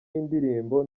y’indirimbo